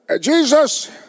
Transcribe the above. Jesus